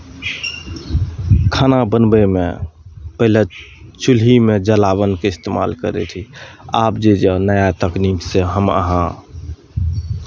खाना बनबैमे पहले चुल्हीमे जलावनके इस्तेमाल करैत रही आब जे यए नया तकनीकसँ हम अहाँ